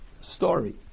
story